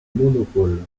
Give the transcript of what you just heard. monopoles